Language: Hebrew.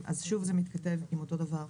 אז שוב זה מתכתב עם אותו דבר,